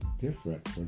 different